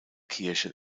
kirche